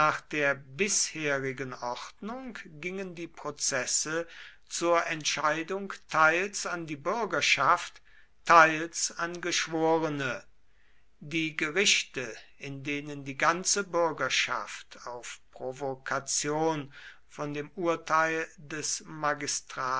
der bisherigen ordnung gingen die prozesse zur entscheidung teils an die bürgerschaft teils an geschworene die gerichte in denen die ganze bürgerschaft auf provokation von dem urteil des